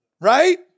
Right